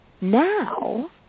now